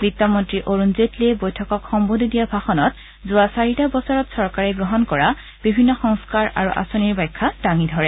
বিত্তমন্ত্ৰী অৰুণ জেটলীয়ে বৈঠকক সন্নোধি দিয়া ভাষণত যোৱা চাৰিটা বছৰত চৰকাৰে গ্ৰহণ কৰা বিভিন্ন সংস্কাৰ আৰু আঁচনিৰ ব্যাখ্যা দাঙি ধৰে